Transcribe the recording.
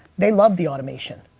they love the automation.